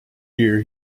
year